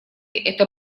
это